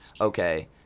okay